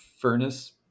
furnace